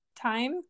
time